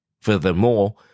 Furthermore